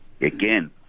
again